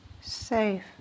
safe